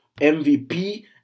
mvp